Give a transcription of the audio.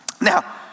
Now